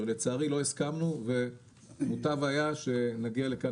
לצערי לא הסכמנו, ומוטב היה שנגיע לכאן